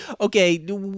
Okay